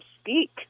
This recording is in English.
speak